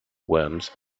worms